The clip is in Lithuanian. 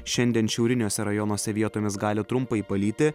šiandien šiauriniuose rajonuose vietomis gali trumpai palyti